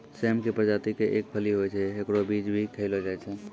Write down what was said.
सेम के प्रजाति के एक फली होय छै, हेकरो बीज भी खैलो जाय छै